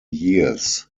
years